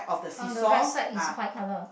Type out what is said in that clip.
on the right side is white colour